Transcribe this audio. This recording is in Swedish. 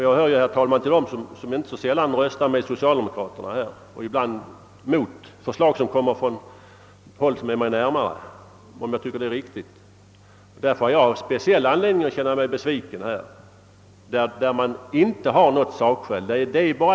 Jag hör, herr talman, till dem som inte sällan röstar med socialdemokraterna och ibland mot förslag som kommer från folk som står mig närmare, om jag tycker att det är riktigt att göra så. Jag har därför speciell anledning att känna mig besviken i detta fall, där det inte finns något sakskäl för reservanternas ställningstagande.